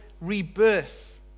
rebirth